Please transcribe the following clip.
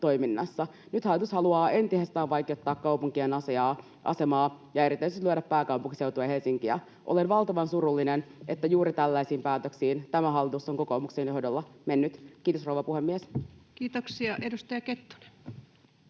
Nyt hallitus haluaa entisestään vaikeuttaa kaupunkien asemaa ja erityisesti lyödä pääkaupunkiseutua ja Helsinkiä. Olen valtavan surullinen, että juuri tällaisiin päätöksiin tämä hallitus on kokoomuksen johdolla mennyt. — Kiitos, rouva puhemies. Kiitoksia. — Edustaja Kettunen.